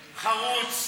חרוץ.